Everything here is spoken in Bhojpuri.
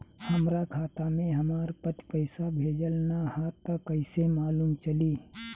हमरा खाता में हमर पति पइसा भेजल न ह त कइसे मालूम चलि?